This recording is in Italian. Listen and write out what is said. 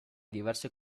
diverse